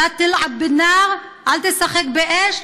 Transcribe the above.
(אומרת בערבית ומתרגמת:) אל תשחק באש.